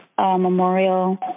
Memorial